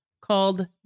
called